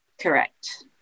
Correct